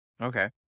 Okay